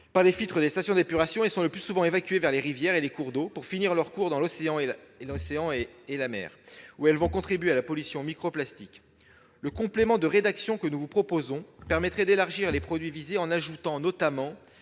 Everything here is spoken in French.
par les filtres des stations d'épuration et sont le plus souvent évacuées vers les rivières et les cours d'eau, pour finir leur course dans l'océan ou la mer, où elles vont contribuer à la pollution microplastique. Le complément de rédaction que nous proposons permettrait d'élargir le champ des produits visés, en y incluant notamment